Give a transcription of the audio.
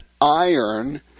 iron